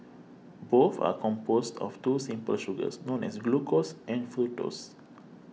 both are composed of two simple sugars known as glucose and fructose